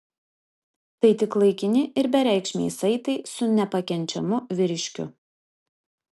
tai tik laikini ir bereikšmiai saitai su nepakenčiamu vyriškiu